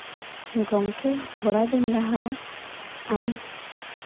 ᱜᱚᱢᱠᱮ ᱛᱷᱚᱲᱟ ᱫᱤᱱ ᱞᱟᱦᱟ ᱟᱢ